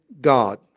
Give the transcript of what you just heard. God